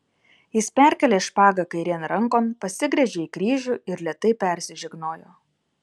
jis perkėlė špagą kairėn rankon pasigręžė į kryžių ir lėtai persižegnojo